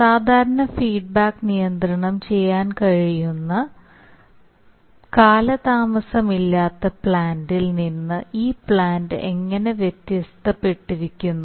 സാധാരണ ഫീഡ്ബാക്ക് നിയന്ത്രണം ചെയ്യാൻ കഴിയുന്ന കാലതാമസമില്ലാത്ത പ്ലാന്റിൽ നിന്ന് ഈ പ്ലാന്റ് എങ്ങനെ വ്യത്യാസപ്പെട്ടിരിക്കുന്നു